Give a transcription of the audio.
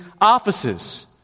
offices